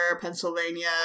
Pennsylvania